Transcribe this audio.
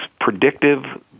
predictive